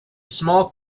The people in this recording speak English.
small